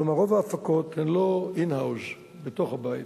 כלומר, רוב ההפקות הן לא in house, בתוך הבית.